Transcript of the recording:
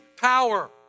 power